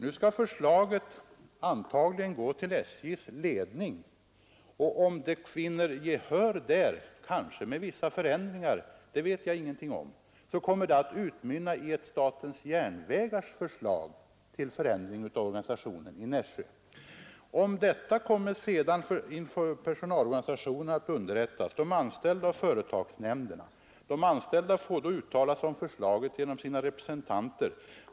Nu skall förslaget antagligen gå till SJ:s ledning, och om det vinner gehör där kommer det att utmynna i ett statens järnvägars förslag till förändring av organisationen i Nässjö. Om detta förslag kommer sedan personalorganisationerna, de anställda och företagsnämnderna att underrättas. De anställda får då uttala sig om förslaget genom sina representanter.